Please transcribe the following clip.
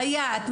סייעת,